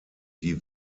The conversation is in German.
die